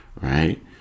Right